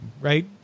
right